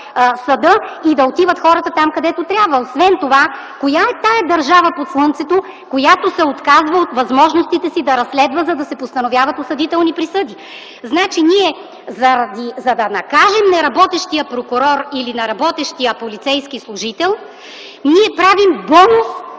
присъда и да отиват хората там, където трябва. Освен това коя е тази държава под слънцето, която се отказва от възможностите си да разследва, за да се постановяват осъдителни присъди? Значи ние, за да накажем неработещия прокурор или неработещия полицейски служител, правим бонус